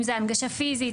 אם זו הנגשה פיזית,